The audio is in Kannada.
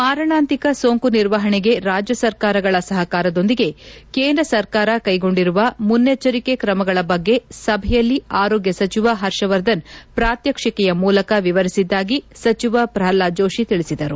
ಮಾರಣಾಂತಿಕ ಸೋಂಕು ನಿರ್ವಹಣೆಗೆ ರಾಜ್ಯ ಸರ್ಕಾರಗಳ ಸಹಕಾರದೊಂದಿಗೆ ಕೇಂದ್ರ ಸರ್ಕಾರ ಕೈಗೊಂಡಿರುವ ಮುನ್ನೆಚ್ಚರಿಕೆ ತ್ರಮಗಳ ಬಗ್ಗೆ ಸಭೆಯಲ್ಲಿ ಆರೋಗ್ಯ ಸಚಿವ ಪರ್ಷವರ್ಧನ್ ಪ್ರಾತ್ವಜ್ಚಿಕೆಯ ಮೂಲಕ ವಿವರಿಸಿದ್ದಾಗಿ ಸಚಿವ ಪ್ರಹ್ಲಾದ್ ಜೋಶ ತಿಳಿಸಿದರು